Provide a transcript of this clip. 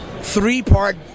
three-part